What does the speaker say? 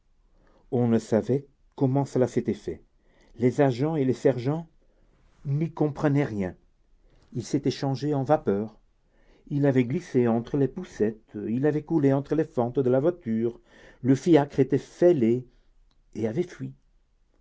on ne savait comment cela s'était fait les agents et les sergents n'y comprenaient rien il s'était changé en vapeur il avait glissé entre les poucettes il avait coulé entre les fentes de la voiture le fiacre était fêlé et avait fui